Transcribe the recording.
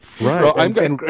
Right